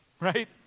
right